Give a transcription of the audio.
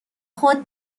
خود